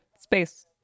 Space